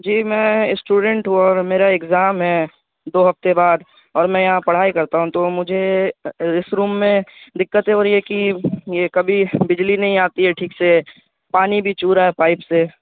جی میں اسٹوڈینٹ ہوں اور میرا اگزام ہے دو ہفتے بعد اور میں یہاں پڑھائی کرتا ہوں تو مجھے اس روم میں دقت یہ ہو رہی ہے کہ یہ کبھی بجلی نہیں آتی ہے ٹھیک سے پانی بھی چو رہا ہے پائپ سے